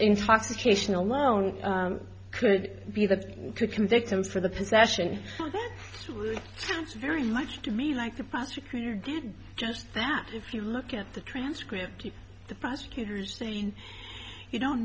intoxication alone could be that to convict him for the possession it's very much to me like the prosecutor did just that if you look at the transcript of the prosecutor's saying you don't